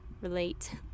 Relate